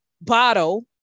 bottle